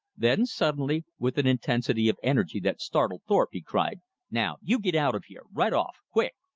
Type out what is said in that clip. then suddenly, with an intensity of energy that startled thorpe, he cried now you get out of here! right off! quick!